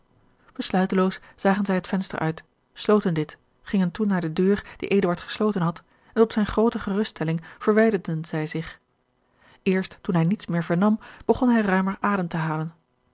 besluiteloos zagen zij het venster uit sloten dit gingen toen naar de deur die eduard gesloten had en tot zijne groote geruststelling verwijderden zij zich eerst toen hij niets meer vernam begon hij ruimer adem te halen